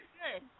good